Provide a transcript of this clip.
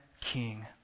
King